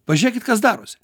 pažiūrėkit kas darosi